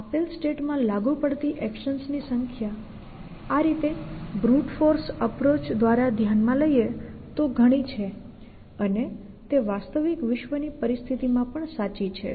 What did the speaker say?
આપેલ સ્ટેટમાં લાગુ પડતી એક્શન્સની સંખ્યા આ રીતે બ્રુટ ફોર્સ અપ્રોચ દ્વારા ધ્યાનમાં લઈએ તો ઘણી છે અને તે વાસ્તવિક વિશ્વની પરિસ્થિતિમાં પણ સાચી છે